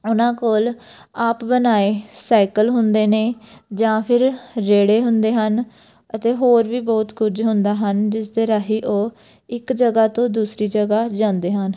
ਉਹਨਾਂ ਕੋਲ ਆਪ ਬਣਾਏ ਸਾਈਕਲ ਹੁੰਦੇ ਨੇ ਜਾਂ ਫਿਰ ਰੇਹੜੇ ਹੁੰਦੇ ਹਨ ਅਤੇ ਹੋਰ ਵੀ ਬਹੁਤ ਕੁਝ ਹੁੰਦੇ ਹਨ ਜਿਸ ਦੇ ਰਾਹੀਂ ਉਹ ਇੱਕ ਜਗ੍ਹਾ ਤੋਂ ਦੂਸਰੀ ਜਗ੍ਹਾ ਜਾਂਦੇ ਹਨ